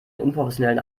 unprofessionellen